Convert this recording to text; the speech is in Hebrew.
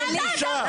איזו בושה.